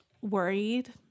worried